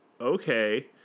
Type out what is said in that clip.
okay